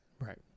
Right